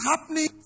happening